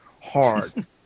hard